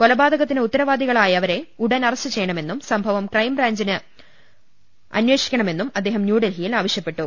കൊലപാതകത്തിന് ഉത്തരവാദികളെ ഉടൻ അറസ്റ്റ് ചെയ്യണമെന്നും സംഭവം ക്രൈംബ്രാഞ്ച് അന്വേഷിക്കണ മെന്നും അദ്ദേഹം ന്യൂഡൽഹിയിൽ ആവശ്യപ്പെട്ടു